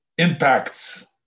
Impacts